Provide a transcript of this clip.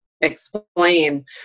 explain